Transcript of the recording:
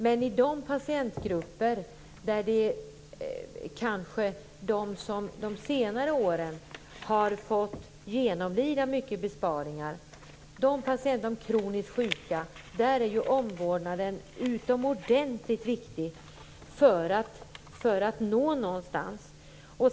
Men för de patientgrupper som de senaste åren har fått genomlida många besparingar, t.ex. de kroniskt sjuka, är ju omvårdnaden utomordentlig viktig för att nå någonstans.